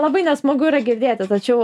labai nesmagu yra girdėti tačiau